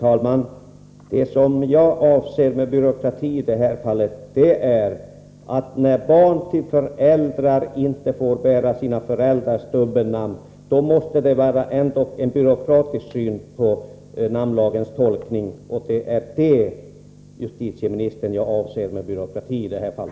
Herr talman! När barn inte får bära sina föräldrars mellannamn innebär det en byråkratisk tolkning av namnlagen. Det är vad jag avser med byråkrati i detta fall.